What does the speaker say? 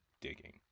digging